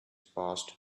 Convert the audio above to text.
passed